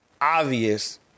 obvious